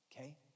okay